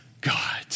God